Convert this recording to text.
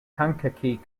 kankakee